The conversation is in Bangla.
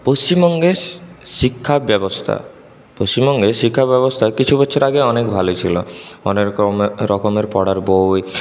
পশ্চিমবঙ্গের শিক্ষা ব্যবস্থা পশ্চিমবঙ্গে শিক্ষা ব্যবস্থা কিছু বছর আগে অনেক ভালোই ছিল অনেক রকম রকমের পড়ার বই